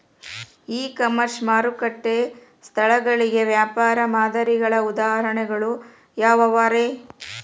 E commerce ಮಾರುಕಟ್ಟೆ ಸ್ಥಳಗಳಿಗೆ ವ್ಯಾಪಾರ ಮಾದರಿಗಳ ಉದಾಹರಣೆಗಳು ಯಾವವುರೇ?